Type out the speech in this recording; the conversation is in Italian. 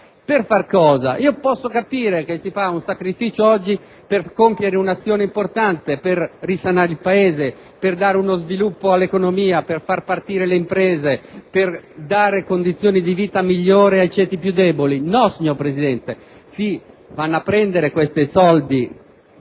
Per fare cosa? Posso capire che si fa un sacrificio oggi per compiere un'azione importante come risanare il Paese, dare sviluppo all'economia, far partire le imprese, assicurare condizioni di vita migliori ai ceti più deboli. No, signor Presidente, si prendono i soldi